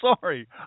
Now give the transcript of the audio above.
sorry